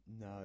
No